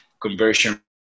conversion